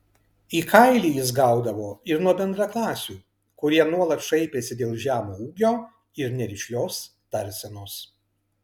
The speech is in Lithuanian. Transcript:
į kailį jis gaudavo ir nuo bendraklasių kurie nuolat šaipėsi dėl žemo ūgio ir nerišlios tarsenos